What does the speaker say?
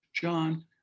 John